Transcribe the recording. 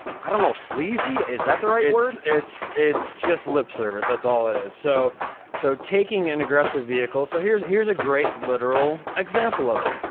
i don't know, sleazy? is that the right word? it's it's just lip service, that's all it is. so so taking an aggressive vehicle, so here's here's a great literal example of it.